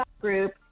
group